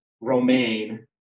Romaine